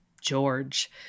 George